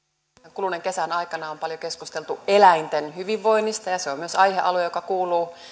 kuluneen kesän aikana on paljon keskusteltu eläinten hyvinvoinnista ja se on myös aihealue joka kuuluu